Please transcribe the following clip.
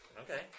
Okay